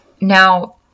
Now